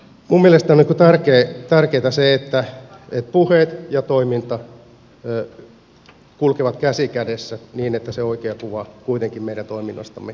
minun mielestäni on tärkeätä se että puheet ja toiminta kulkevat käsi kädessä niin että se oikea kuva kuitenkin meidän toiminnastamme välittyy maailmaan